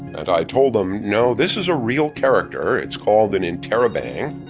and i told them, no, this is a real character. it's called an interrobang.